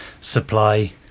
supply